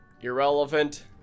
irrelevant